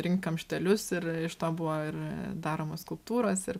rink kamštelius ir iš to buvo ir daromos skulptūros ir